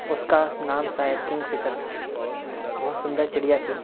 उसका नाम शायद किन्गफिशर था बहुत सुन्दर चिड़िया थी